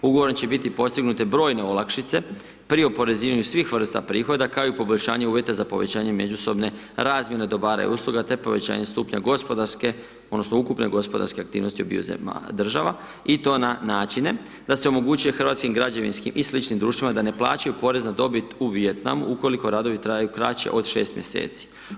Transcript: Ugovorom će biti postignute brojne olakšice pri oporezivanju svih vrsta prihoda, kao i poboljšanje uvjeta za povećanje međusobne razmjene dobara i usluga, te povećanja stupnja gospodarske odnosno ukupne gospodarske aktivnosti obiju država i to na načine da se omogućuje hrvatskih građevinskim i sličnim društvima da ne plaćaju porez na dobit u Vijetnamu ukoliko radovi traju kraće od 6 mjeseci.